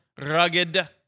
rugged